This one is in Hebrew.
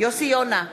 יוסי יונה,